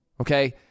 Okay